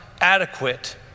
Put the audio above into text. adequate